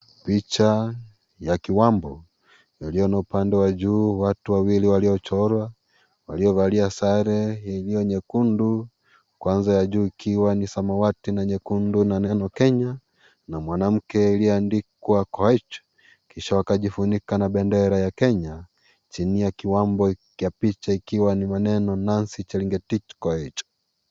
Picha ya kiwambo yalio na upande wa juu watu waliochorwa waliovalia sare iliyo nyekundu, kwanza ya juu ikiwa ni samawati na nyekundu na neno Kenya na mwanamke iliyoandikwa Koech kisha wakajifunika na bendera ya Kenya. Chini ya kiwambo ya picha ikiwa ni maneno Nancy Chepngetich Koech.